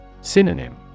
Synonym